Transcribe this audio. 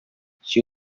she